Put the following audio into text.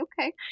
Okay